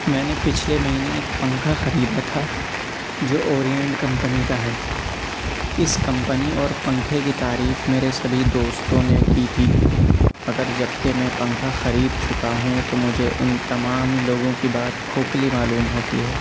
میں نے پچھلے مہینے ایک پنکھا خریدا تھا جو اورينٹ کمپنى كا ہے اِس كمپنى اور پنكھے كى تعريف میرے سبھی دوستوں نے کی تھی مگر جب کہ میں پنکھا خريد چكا ہوں تو مجھے اُن تمام لوگوں كى بات كھوكھلى معلوم ہوتی ہے